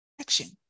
action